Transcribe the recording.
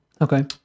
Okay